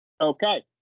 Okay